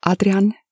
Adrian